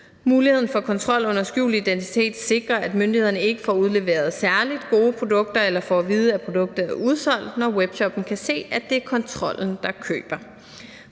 Muligheden for kontrol under skjult identitet sikrer, at myndighederne ikke får udleveret særligt gode produkter eller får at vide, at produktet er udsolgt, når webshoppen kan se, at det er kontrollen, der køber.